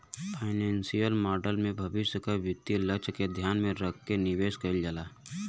financial model में भविष्य क वित्तीय लक्ष्य के ध्यान में रखके निवेश कइल जाला